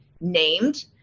named